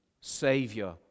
Savior